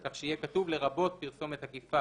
כך שיהיה כתוב: "לרבות פרסומת עקיפה,